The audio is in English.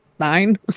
nine